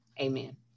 Amen